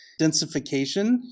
densification